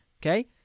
okay